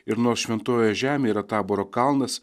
ir nors šventojoje žemėje yra taboro kalnas